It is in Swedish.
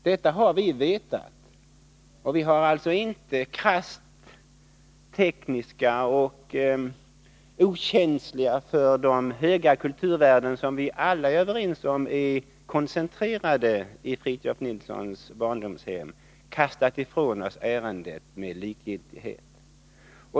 Detta har vi vetat, och vi har alltså inte, krasst tekniska och okänsliga för de höga kulturvärden som vi alla är överens om är koncentrerade i Fritiof Nilsson Piratens barndomshem, kastat ifrån oss ärendet med likgiltighet.